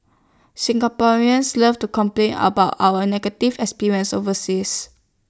Singaporeans love to complain about our negative experiences overseas